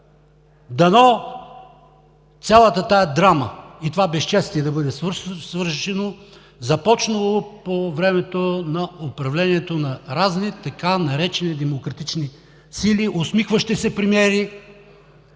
Дано цялата тази драма и това безчестие да бъде свършено, започнало по времето на управлението на разни така наречени демократични сили, усмихващи се премиери,